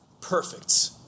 perfect